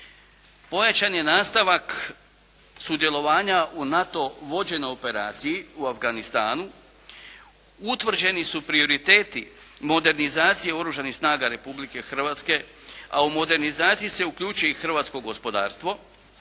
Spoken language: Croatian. Pojačan je nastavak sudjelovanja u NATO vođenoj operaciji u Afganistanu. Utvrđeni su prioriteti modernizacije Oružanih snaga Republike Hrvatske, a u modernizaciju se uključuje i hrvatsko gospodarstvo,